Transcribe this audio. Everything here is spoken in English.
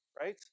right